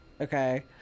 okay